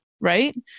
right